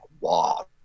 wow